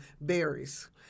berries